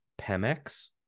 Pemex